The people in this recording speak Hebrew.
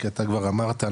כי אתה כבר אמרת,